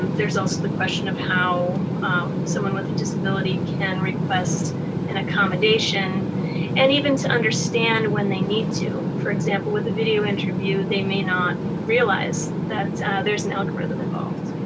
um there's also the question of how someone with a disability can request an accommodation and even to understand when they need to. for example, with a video interview, they may not realize that there's an algorithm involved.